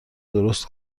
درست